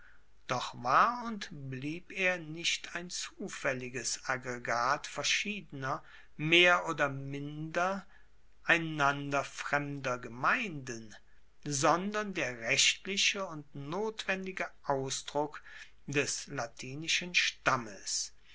doch war und blieb er nicht ein zufaelliges aggregat verschiedener mehr oder minder einander fremder gemeinden sondern der rechtliche und notwendige ausdruck des latinischen stammes